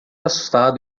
assustado